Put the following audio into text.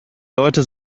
leute